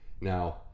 Now